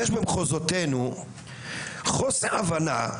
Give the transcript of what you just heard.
יש במחוזותינו חוסר הבנה,